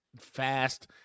fast